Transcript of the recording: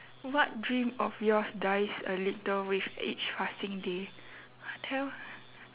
what dream of yours dies a little with each passing day what the hell